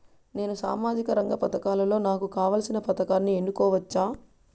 నేను సామాజిక రంగ పథకాలలో నాకు కావాల్సిన పథకాన్ని ఎన్నుకోవచ్చా?